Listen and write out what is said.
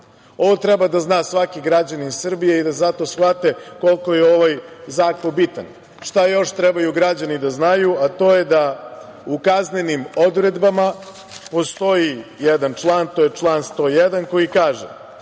Ovo treba da zna svaki građanin Srbije i da zato shvate koliko je ovaj zakon bitan. Šta još trebaju građani da znaju, a to je da u kaznenim odredbama postoji jedan član, to je član 101 koji kaže